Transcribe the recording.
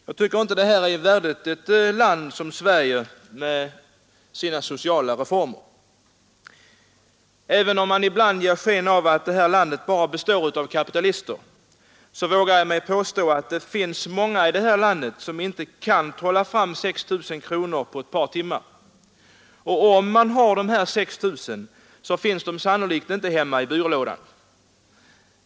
Jag tycker inte att detta är värdigt ett land som Sverige med sina sociala reformer. Även om man ibland ger sken av att invånarna här i landet bara består av kapitalister vågar jag påstå att det finns många människor som inte kan trolla fram 6 000 kronor på ett par timmar. Och om vederbörande också 171 har 6 000 kronor finns de sannolikt inte hemma i byrålådan.